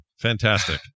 fantastic